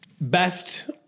Best